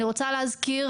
אני רוצה להזכיר,